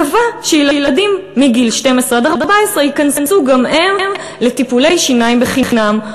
קבע שילדים מגיל 12 עד 14 ייכנסו גם הם לטיפולי שיניים חינם.